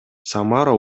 самара